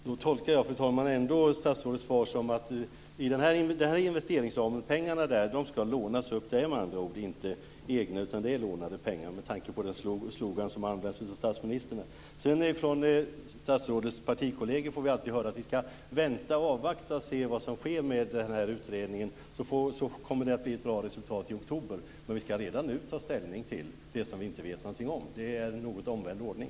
Fru talman! Jag tolkar statsrådets svar som att pengarna i investeringsramen skall lånas upp. Det är med andra ord inte egna utan lånade pengar - detta sagt med tanke på den slogan som används av statsministern. Från statsrådets partikolleger får vi alltid höra att vi skall vänta, avvakta och se vad som sker med utredningen. Då kommer resultatet att bli bra i oktober. Men vi skall redan nu ta ställning till det vi inte vet någonting om. Det är en något omvänd ordning.